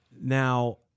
Now